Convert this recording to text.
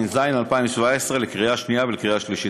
התשע"ז 2017, לקריאה שנייה ולקריאה שלישית.